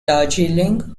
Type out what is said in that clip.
darjeeling